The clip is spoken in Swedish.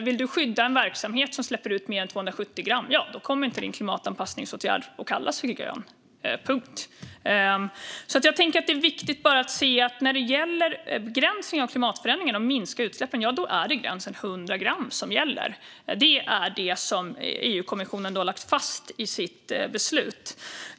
Vill du skydda en verksamhet som släpper ut mer än 270 gram kommer inte din klimatanpassningsåtgärd att få kallas för grön, punkt. När det gäller att begränsa klimatförändringarna och minska utsläppen är det gränsen 100 gram som gäller. Det är det som EU-kommissionen har lagt fast i sitt beslut.